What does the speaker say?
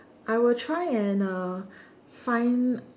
I will try and uh find